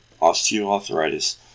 osteoarthritis